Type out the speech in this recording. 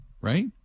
right